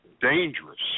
dangerous